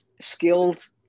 skilled